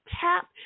tap